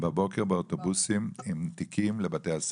בבוקר באוטובוסים עם תיקים לבתי הספר.